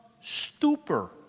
stupor